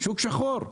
שוק שחור.